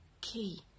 key